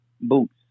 boots